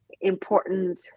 important